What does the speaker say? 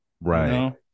right